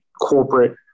corporate